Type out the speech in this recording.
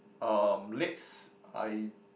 um legs I